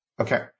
Okay